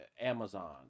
Amazon